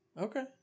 Okay